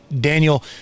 Daniel